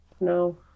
No